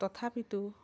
তথাপিতো